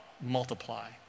multiply